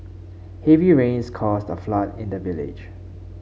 heavy rains caused a flood in the village